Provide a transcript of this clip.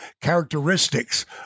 characteristics